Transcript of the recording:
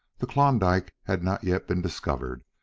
the klondike had not yet been discovered,